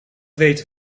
weten